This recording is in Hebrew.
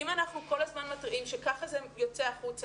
אם אנחנו כל הזמן מתריעים שככה זה יוצא החוצה,